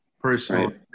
personally